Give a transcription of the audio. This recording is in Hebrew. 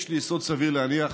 יש לי יסוד סביר להניח